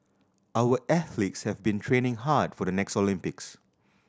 our athletes have been training hard for the next Olympics